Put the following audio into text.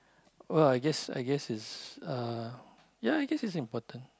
well I guess I guess is uh ya I guess it's important